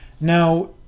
Now